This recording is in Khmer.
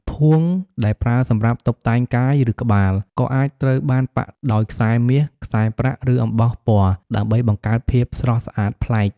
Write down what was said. ភួងដែលប្រើសម្រាប់តុបតែងកាយ ឬក្បាល ក៏អាចត្រូវបានប៉ាក់ដោយខ្សែមាស ខ្សែប្រាក់ ឬអំបោះពណ៌ ដើម្បីបង្កើតភាពស្រស់ស្អាតប្លែក។